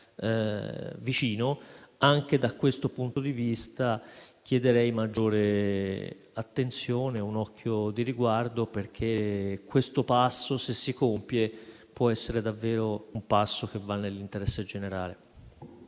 Anche da questo punto di vista, chiederei maggiore attenzione e un occhio di riguardo, perché questo passo, se si compie, può davvero andare nell'interesse generale.